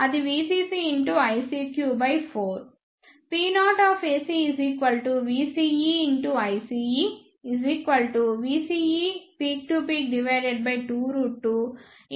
అది VCC x ICQ by 4 P0acVce